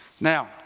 Now